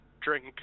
drink